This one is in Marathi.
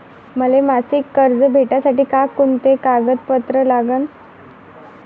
मले मासिक कर्ज भेटासाठी का कुंते कागदपत्र लागन?